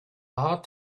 hard